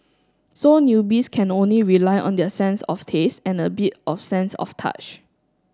so newbies can only rely on their sense of taste and a bit of sense of touch